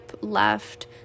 left